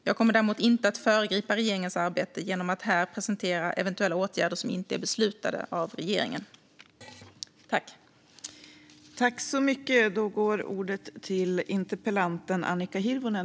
Jag kommer inte att föregripa regeringens arbete genom att här presentera eventuella åtgärder som inte är beslutade av regeringen.